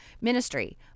ministry